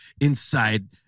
inside